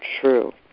true